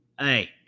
hey